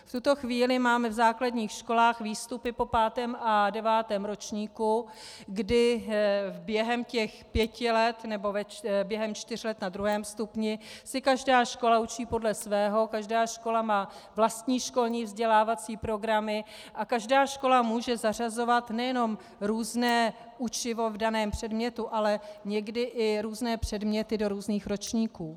V tuto chvíli máme v základních školách výstupy po pátém a devátém ročníku, kdy během těch pěti let nebo čtyř let na druhém stupni si každá škola určí podle svého každá škola má vlastní vzdělávací programy a každá škola může zařazovat nejenom různé učivo v daném předmětu, ale někdy i různé předměty do různých ročníků.